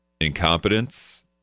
incompetence